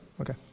okay